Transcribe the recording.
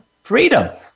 freedom